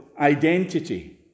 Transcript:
identity